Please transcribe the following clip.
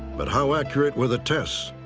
but how accurate were the tests?